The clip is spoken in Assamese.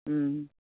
ওঁ